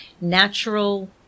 natural